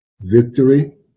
victory